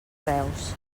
reus